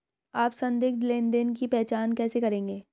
आप संदिग्ध लेनदेन की पहचान कैसे करेंगे?